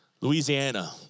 Louisiana